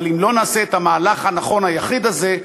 אבל אם לא נעשה את המהלך הנכון היחיד הזה,